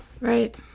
right